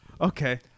Okay